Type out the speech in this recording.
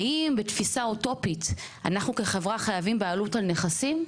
האם בתפיסה אוטופית אנחנו כחברה חייבים בעלות על נכסים?